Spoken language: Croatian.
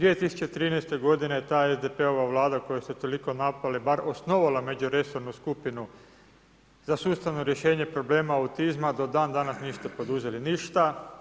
2013. godine ta SDP-ova Vlada koju ste toliko napali je bar osnovala međuresornu skupinu za sustavno rješenje problema autizma, do dan danas niste poduzeli ništa.